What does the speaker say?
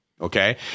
Okay